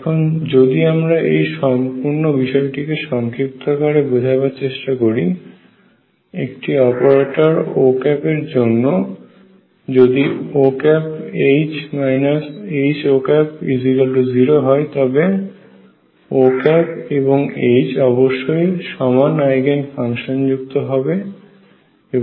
এখন যদি আমরা এই সম্পূর্ণ বিষয়টিকে সংক্ষিপ্ত আকারে বোঝাবার চেষ্টা করি তবে একটি অপারেটর Ô এর জন্যে যদি ÔH HÔ0 হয় তবে Ô এবং H অবশ্যই সমান আইগেন ফাংশন যুক্ত হবে